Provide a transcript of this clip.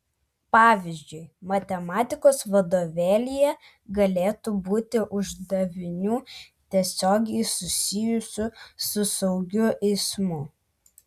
pavyzdžiui matematikos vadovėlyje galėtų būti uždavinių tiesiogiai susijusių su saugiu eismu